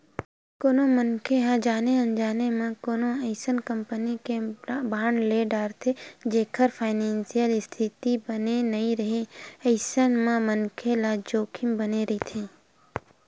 कोनो मनखे ह जाने अनजाने म कोनो अइसन कंपनी के बांड ले डरथे जेखर फानेसियल इस्थिति बने नइ हे अइसन म मनखे ल जोखिम बने रहिथे